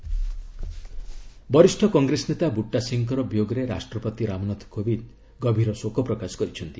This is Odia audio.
ବ୍ରଟା ସିଂହ ପାସେସ୍ ଆଓ୍ତେ ବରିଷ୍ଠ କଂଗ୍ରେସ ନେତା ବୁଟା ସିଂହଙ୍କ ବିୟୋଗରେ ରାଷ୍ଟ୍ରପତି ରାମନାଥ କୋବିନ୍ଦ ଗଭୀର ଶୋକପ୍ରକାଶ କରିଛନ୍ତି